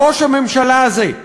ראש הממשלה הזה,